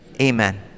Amen